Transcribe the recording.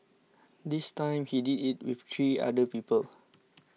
this time he did it with three other people